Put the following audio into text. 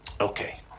Okay